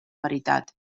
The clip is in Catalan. veritat